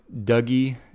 Dougie